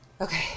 Okay